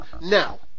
now